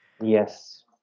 Yes